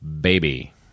baby